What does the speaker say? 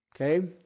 Okay